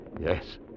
yes